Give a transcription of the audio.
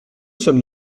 sommes